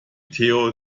theo